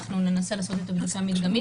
אנחנו ננסה לעשות בדיקה מדגמית,